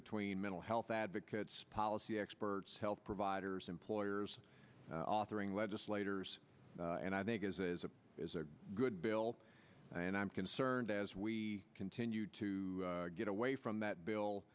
between mental health advocates policy experts health providers employers author ing legislators and i think is is is a good bill and i'm concerned as we continue to get away from that